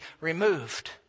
removed